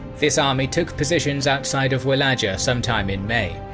this army took positions outside of walaja sometime in may.